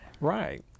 right